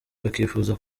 bakifuza